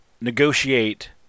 negotiate